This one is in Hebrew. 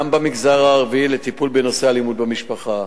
גם במגזר הערבי, לטיפול בנושא אלימות במשפחה.